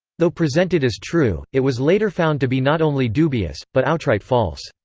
though presented as true, it was later found to be not only dubious, but outright false.